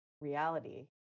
reality